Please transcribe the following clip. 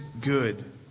good